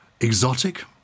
Exotic